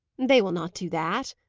they will not do that,